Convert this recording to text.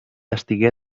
estigué